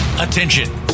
Attention